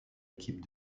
équipe